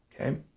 Okay